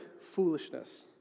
foolishness